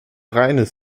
reines